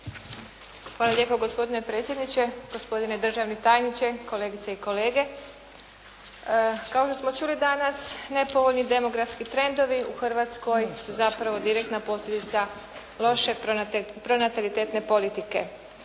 Hvala lijepo gospodine predsjedniče. Gospodine državni tajniče, kolegice i kolege. Kao što smo čuli danas nepovoljni demografski trendovi u Hrvatskoj su zapravo direktna posljedica loše pronatalitetne politike.